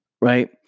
right